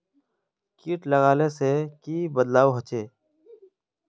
किट लगाले से की की बदलाव होचए?